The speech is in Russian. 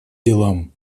делам